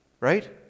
right